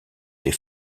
des